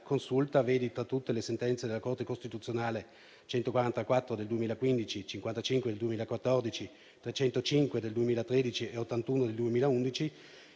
Consulta - vedi tra tutte le sentenze del Corte costituzionale n. 144 del 2015, n. 55 del 2014, n. 305 del 2013 e n. 81 del 2011